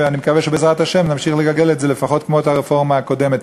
ואני מקווה שבעזרת השם נמשיך לגלגל את זה לפחות כמו את הרפורמה הקודמת.